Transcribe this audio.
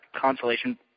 consolation